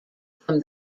from